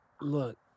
look